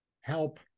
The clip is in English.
help